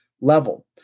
level